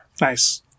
Nice